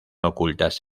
ocultas